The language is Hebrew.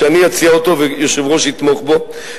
שאני אציע אותו והיושב-ראש יתמוך בו,